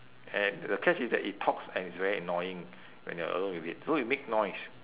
and the catch is that it talks and it's very annoying when you are alone with it so it make noise